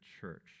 church